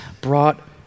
brought